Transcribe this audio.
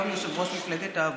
היום יושב-ראש מפלגת העבודה.